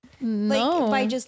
No